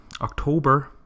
October